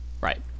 Right